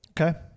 Okay